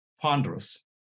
ponderous